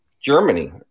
Germany